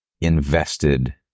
invested